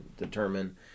determine